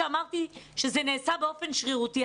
כשאמרתי שהסגירה נעשתה באופן שרירותי.